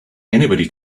anybody